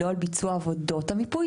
לא על ביצוע עבודות המיפוי.